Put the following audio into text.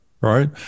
right